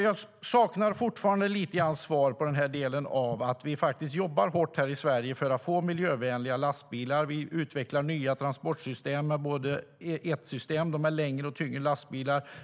Jag saknar fortfarande lite grann svar beträffande delen att vi jobbar hårt här i Sverige för att få miljövänliga lastbilar. Vi utvecklar nya transportsystem, till exempel ETT-projektet med längre och tyngre lastbilar.